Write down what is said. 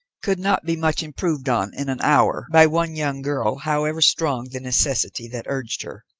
could not be much improved on in an hour by one young girl, however strong the necessity that urged her.